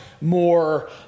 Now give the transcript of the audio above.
more